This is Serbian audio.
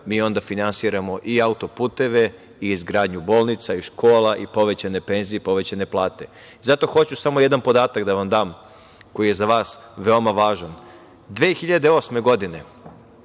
mi onda finansiramo i auto-puteve i izgradnju bolnica i škola i povećane penzije i povećane plate. Zato hoću samo jedan podatak da vam dam koji je za vas veoma važan. Godine